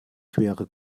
quere